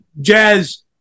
jazz